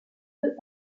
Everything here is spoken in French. deux